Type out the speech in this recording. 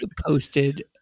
posted